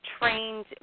trained